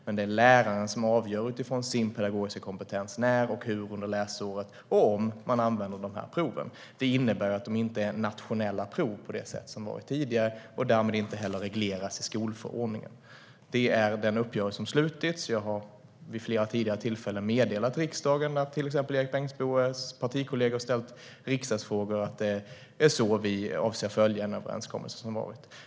Men det är läraren som avgör utifrån sin pedagogiska kompetens när, hur och om man under läsåret ska använda dessa prov. Det innebär att de inte är nationella prov på det sätt som de har varit tidigare och därmed inte heller regleras i skolförordningen. Det är denna uppgörelse som har slutits, och jag har vid flera tidigare tillfällen meddelat riksdagen, till exempel när Erik Bengtzboes partikollegor har ställt frågor i riksdagen, att det är så vi avser att följa den överenskommelse som har slutits.